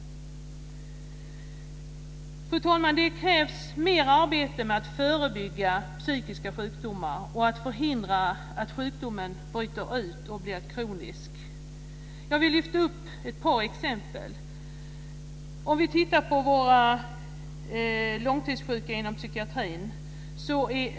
Det krävs mer arbete med att förebygga psykiska sjukdomar och förhindra att en sjukdom bryter ut och blir kronisk. Jag vill lyfta fram ett par exempel. Vi kan titta på våra långtidssjuka inom psykiatrin.